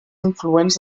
influents